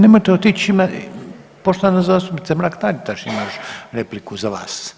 Nemojte otići, poštovana zastupnica Mrak-Taritaš ima još repliku za vas.